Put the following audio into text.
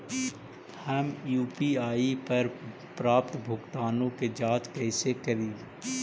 हम यु.पी.आई पर प्राप्त भुगतानों के जांच कैसे करी?